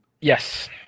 yes